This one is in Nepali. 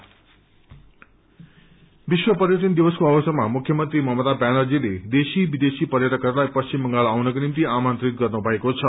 सीएम टुरिज्म विश्व पर्यटन दिवसको अवसरमा मुख्य मंत्री ममता व्यानर्जीले देशी विदेशी पर्यटकहरूलाई पश्चिम बंगाल आउनको निम्ति आमन्त्रित गर्नुभएको छ